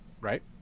right